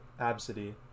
Absidy